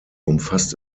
umfasst